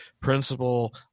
principle